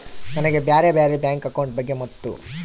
ನನಗೆ ಬ್ಯಾರೆ ಬ್ಯಾರೆ ಬ್ಯಾಂಕ್ ಅಕೌಂಟ್ ಬಗ್ಗೆ ಮತ್ತು?